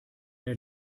der